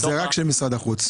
רק משרד החוץ.